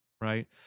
right